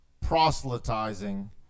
proselytizing